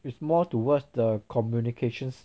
is more towards the communications